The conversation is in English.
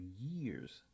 years